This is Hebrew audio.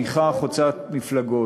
תמיכה חוצת-מפלגות.